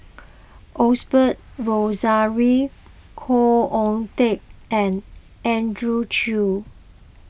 Osbert Rozario Khoo Oon Teik and Andrew Chew